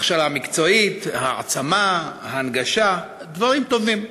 הכשרה מקצועית, העצמה, הנגשה, דברים טובים.